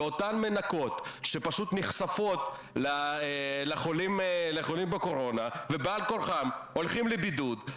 באותן מנקות שנחשפות לחולים בקורונה ובעל כורחם הולכים לבידוד,